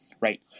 right